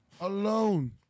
alone